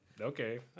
okay